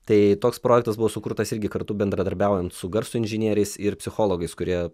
tai toks projektas buvo sukurtas irgi kartu bendradarbiaujant su garso inžinieriais ir psichologais kurie